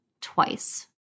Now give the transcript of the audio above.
twice